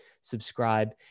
subscribe